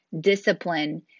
discipline